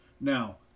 Now